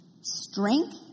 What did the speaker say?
strength